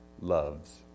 loves